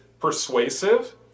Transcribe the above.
persuasive